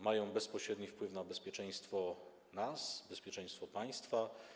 Mają bezpośredni wpływ na nasze bezpieczeństwo, na bezpieczeństwo państwa.